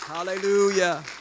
Hallelujah